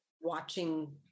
watching